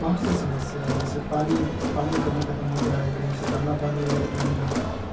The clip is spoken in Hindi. बहुत सी समस्या जैसे पानी पानी कभी खतम हो जाए कहीं से लाना पानी रहे तो नहीं ला